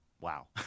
wow